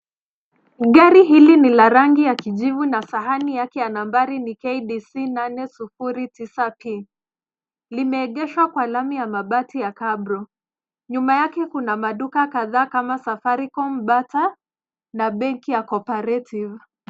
Gari hili ni la rangi ya kijivu na sahani yake ya nambari ni KBC 809P. Limeegeshwa kwa lami ya mabati ya cabro . Nyuma yake kuna maduka kadhaa kama Safaricom Data na Benki ya Co-operative.